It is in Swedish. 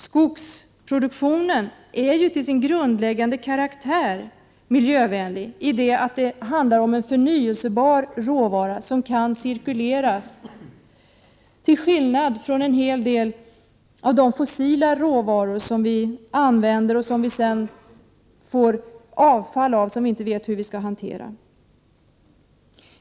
Skogsproduktionen är ju till sin grundläggande karaktär miljövänlig, eftersom det handlar om en förnyelsebar råvara som kan cirkuleras till skillnad från en hel del av de fossila råvaror som används och som sedan ger avfall som man inte vet hur det skall hanteras.